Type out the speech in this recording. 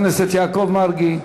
חבר הכנסת יעקב מרגי,